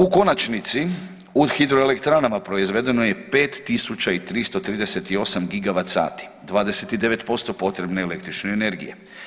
U konačnici u hidroelektranama proizvedeno je 5.338 gigavat sati, 29% potrebne električne energije.